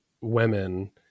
women